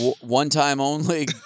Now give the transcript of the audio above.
one-time-only